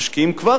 משקיעים כבר,